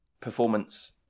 performance